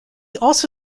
also